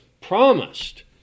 promised